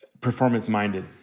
performance-minded